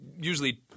usually